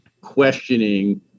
questioning